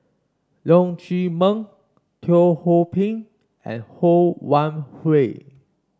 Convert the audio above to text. Leong Chee Mun Teo Ho Pin and Ho Wan Hui